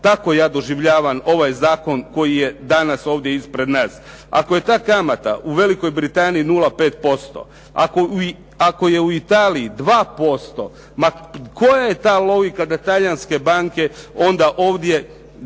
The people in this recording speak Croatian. Tako ja doživljavam ovaj zakon koji je danas ovdje ispred nas. Ako je ta kamata u Velikoj Britaniji 0,5%, ako je u Italiji 2%, ma koja je ta logika da Talijanske banke onda ovdje